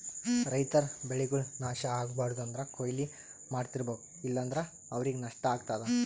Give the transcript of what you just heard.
ರೈತರ್ ಬೆಳೆಗಳ್ ನಾಶ್ ಆಗ್ಬಾರ್ದು ಅಂದ್ರ ಕೊಯ್ಲಿ ಮಾಡ್ತಿರ್ಬೇಕು ಇಲ್ಲಂದ್ರ ಅವ್ರಿಗ್ ನಷ್ಟ ಆಗ್ತದಾ